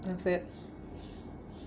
then after that